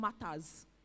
matters